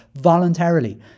voluntarily